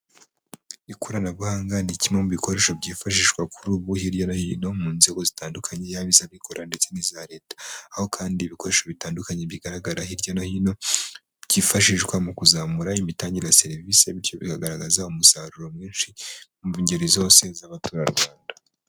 Ikoranabuhanga ni kimwe mu bikoresho byifashishwa kuri ubu hirya no hino, mu nzego zitandukanye yaba iz'abikorera ndetse n'iza leta, aho kandi ibikoresho bitandukanye bigaragara hirya no hino, byifashishwa mu kuzamura imitangire ya serivisi, bityo bikagaragaza umusaruro mwinshi mu ngeri zose z'abaturarwanda.